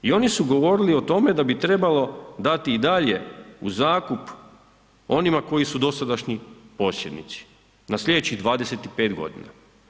I oni su govorili o tome da trebalo dati i dalje u zakup onima koji su dosadašnji posjednici na slijedećih 25 godina.